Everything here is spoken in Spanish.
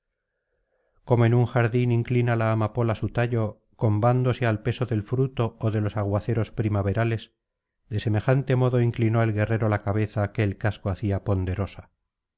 como en un jardín inclina la amapola su tallo combándose al peso del fruto ó de los aguaceros primaverales de semejante modo inclinó el guerrero la cabeza que el casco hacía ponderosa